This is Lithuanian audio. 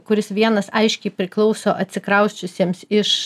kuris vienas aiškiai priklauso atsikrausčiusiems iš